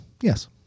Yes